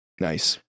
Nice